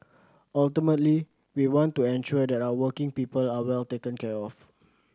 ultimately we want to ensure that our working people are well taken care of